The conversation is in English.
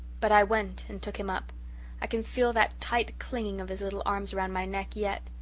but i went and took him up i can feel that tight clinging of his little arms round my neck yet.